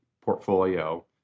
portfolio